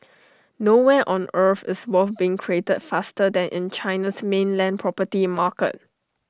nowhere on earth is wealth being created faster than in China's mainland property market